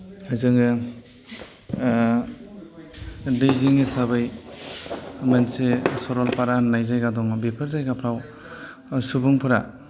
जोङो दैजिं हिसाबै मोनसे सरलपारा होन्नाय जायगा दङ बेफोर जायगाफ्राव सुबुंफोरा